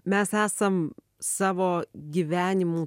mes esam savo gyvenimų